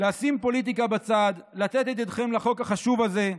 לשים פוליטיקה בצד ולתת את ידכם לחוק החשוב הזה,